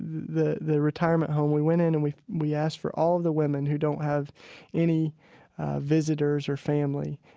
the the retirement home. we went in and we we asked for all of the women who don't have any visitors or family.